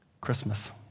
Christmas